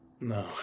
No